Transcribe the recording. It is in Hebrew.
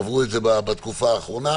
עברו את זה בתקופה האחרונה,